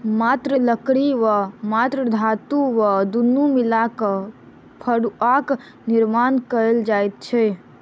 मात्र लकड़ी वा मात्र धातु वा दुनू मिला क फड़ुआक निर्माण कयल जाइत छै